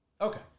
Okay